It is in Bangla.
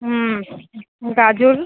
হুম গাজর